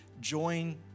join